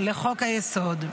לחוק-היסוד.